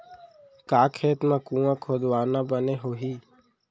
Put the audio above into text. का खेत मा कुंआ खोदवाना बने होही?